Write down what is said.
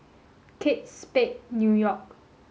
Kate Spade New York